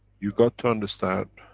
you've got to understand.